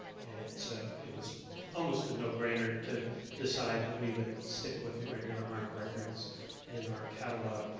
and so it was almost a no-brainer to decide that we would stick with regular mark records in our catalog.